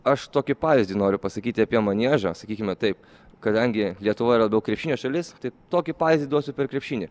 aš tokį pavyzdį noriu pasakyti apie maniežą sakykime taip kadangi lietuvoje yra daug krepšinio šalis tai tokį pavyzdį duosiu per krepšinį